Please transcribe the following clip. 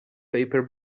paper